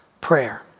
Prayer